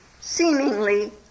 seemingly